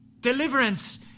deliverance